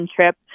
trip